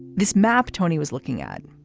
this map tony was looking at,